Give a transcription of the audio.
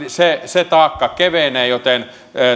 se se taakka kevenee joten